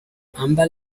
amber